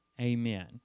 Amen